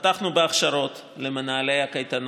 פתחנו בהכשרות למנהלי הקייטנות,